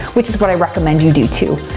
which is what i recommend you do too.